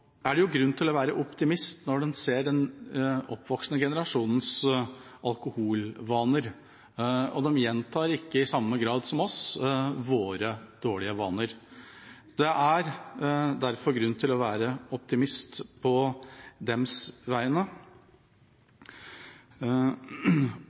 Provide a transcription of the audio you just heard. er det grunn til å være optimist når en ser den oppvoksende generasjons alkoholvaner, og de gjentar ikke, i samme grad som oss, våre dårlige vaner. Det er derfor grunn til å være optimist på deres vegne.